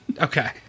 Okay